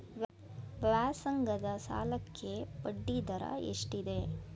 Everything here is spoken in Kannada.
ವ್ಯಾಸಂಗದ ಸಾಲಕ್ಕೆ ಬಡ್ಡಿ ದರ ಎಷ್ಟಿದೆ?